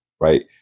Right